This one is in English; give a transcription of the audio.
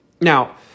Now